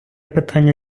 питання